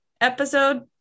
episode